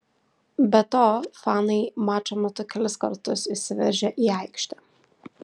be to fanai mačo metu kelis kartus įsiveržė į aikštę